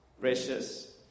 precious